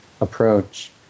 approach